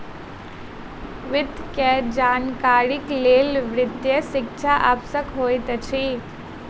वित्त के जानकारीक लेल वित्तीय शिक्षा आवश्यक होइत अछि